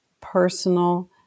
personal